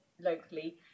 locally